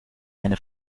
eine